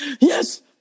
yes